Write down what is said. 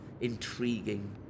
intriguing